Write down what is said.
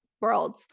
worlds